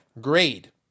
grade